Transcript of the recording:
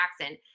Jackson